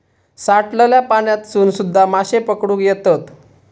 साठलल्या पाण्यातसून सुध्दा माशे पकडुक येतत